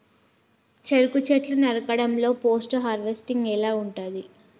చెరుకు చెట్లు నరకడం లో పోస్ట్ హార్వెస్టింగ్ ఎలా ఉంటది?